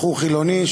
בחור חילוני,